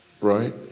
right